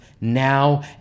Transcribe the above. now